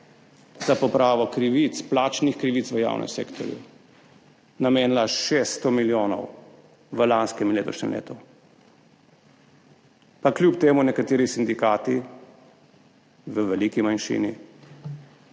za popravo krivic, plačnih krivic v javnem sektorju, namenila 600 milijonov v lanskem in letošnjem letu. Pa kljub temu so nekateri sindikati, v veliki manjšini,